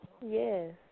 Yes